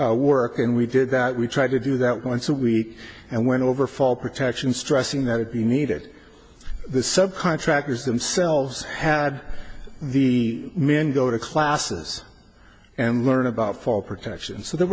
before work and we did that we tried to do that once a week and went over fall protection stressing that you needed the subcontractors themselves had the men go to classes and learn about for protection so th